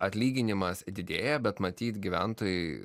atlyginimas didėja bet matyt gyventojai